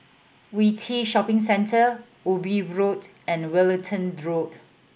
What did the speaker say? Yew Tee Shopping Centre Ubi Road and Wellington Road